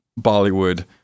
Bollywood